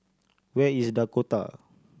where is Dakota